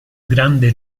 grande